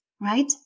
right